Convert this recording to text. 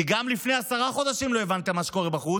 גם לפני עשרה חודשים לא הבנתם מה שקורה בחוץ,